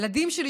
הילדים שלי,